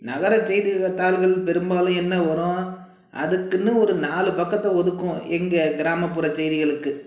நகரச் செய்தித்தாள்களில் பெரும்பாலும் என்ன வரும் அதுக்குன்னு ஒரு நாலு பக்கத்தை ஒதுக்கும் எங்கள் கிராமப்புற செய்திகளுக்கு